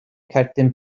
cerdyn